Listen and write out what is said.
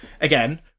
again